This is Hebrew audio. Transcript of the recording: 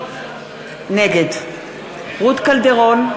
נגד רות קלדרון,